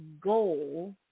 goal